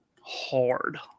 hard